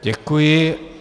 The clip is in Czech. Děkuji.